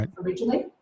originally